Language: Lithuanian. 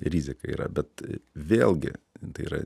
rizika yra bet vėlgi tai yra